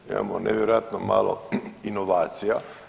Mi imamo nevjerojatno malo inovacija.